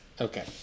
Okay